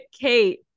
kate